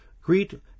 greet